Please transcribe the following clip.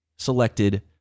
selected